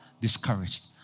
discouraged